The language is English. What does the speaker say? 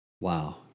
wow